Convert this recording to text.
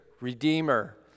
redeemer